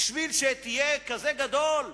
בשביל שתהיה כזה גדול,